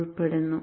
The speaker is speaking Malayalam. ഉൾപ്പെടുന്നു